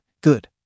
Good